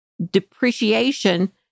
depreciation